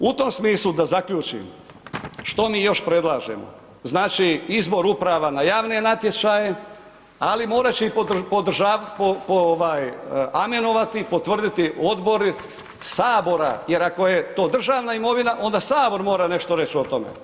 U tom smislu, da zaključim, što mi još predlažemo, znači izbor uprava na javne natječaje, ali morat će i podržavati, amenovati, potvrditi odbori Sabora, jer ako je to državna imovina, onda Sabor mora nešto reći o tome.